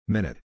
Minute